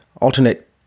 alternate